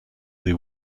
they